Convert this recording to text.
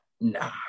nah